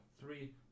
three